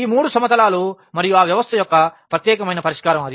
ఈ మూడు సమతలాలు మరియు ఆ వ్యవస్థ యొక్క ప్రత్యేకమైన పరిష్కారం అది